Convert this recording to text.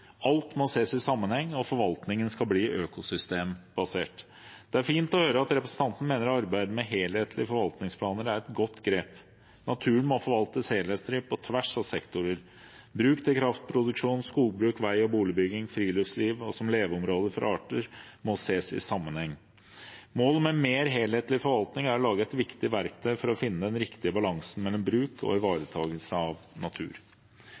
Alt må ses i sammenheng, og forvaltningen skal bli økosystembasert. Det er fint å høre at representanten mener arbeidet med helhetlige forvaltningsplaner er et godt grep. Naturen må forvaltes helhetlig på tvers av sektorer. Bruk til kraftproduksjon, skogbruk, vei- og boligbygging, friluftsliv og som leveområder for arter må ses i sammenheng. Målet med en mer helhetlig forvaltning er å lage et viktig verktøy for å finne den riktige balansen mellom bruk og ivaretagelse av natur.